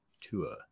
Tua